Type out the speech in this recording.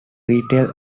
retail